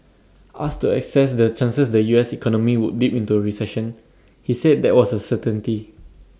asked to assess the chances the U S economy would dip into A recession he said that was A certainty